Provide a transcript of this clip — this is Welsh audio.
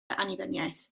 annibyniaeth